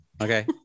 Okay